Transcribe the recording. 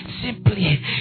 Simply